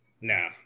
No